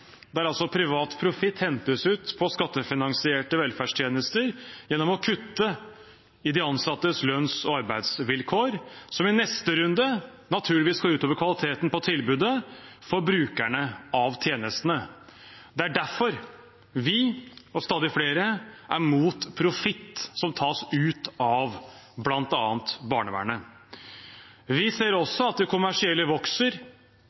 der privat profitt hentes ut på skattefinansierte velferdstjenester gjennom å kutte i de ansattes lønns- og arbeidsvilkår, noe som i neste runde naturligvis går ut over kvaliteten på tilbudet for brukerne av tjenestene. Det er derfor vi, og stadig flere, er imot profitt som tas ut av bl.a. barnevernet. Vi ser også at det kommersielle vokser